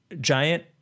giant